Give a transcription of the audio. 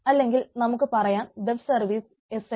അല്ലെങ്കിൽ നമുക്ക് പറയാം വെബ് സർവ്വീസ് SLA